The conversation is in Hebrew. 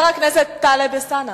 בבקשה.